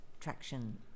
traction